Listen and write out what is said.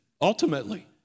ultimately